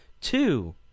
two